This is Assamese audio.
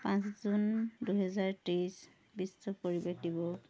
পাঁচ জুন দুহেজাৰ তেইছ বিশ্ব পৰিৱেশ দিৱস